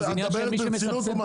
את מדברת ברצינות?